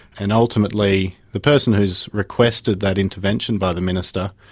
and ultimately the person who has requested that intervention by the minister,